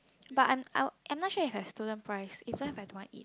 but I'm I I'm not sure if have student price if don't have I don't want eat